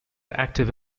active